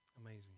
Amazing